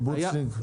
קיבוצניק?